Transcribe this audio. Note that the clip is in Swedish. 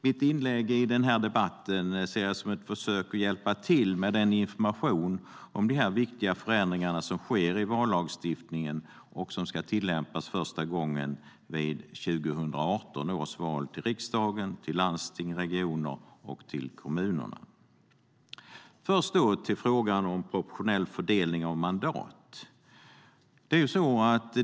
Mitt inlägg i debatten är ett försök att hjälpa till med information om de viktiga förändringar som sker i vallagstiftningen och som ska tillämpas första gången vid 2018 års val till riksdagen, till landstingen och regionerna och till kommunerna. Först vill jag tala om proportionell fördelning av mandat.